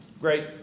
Great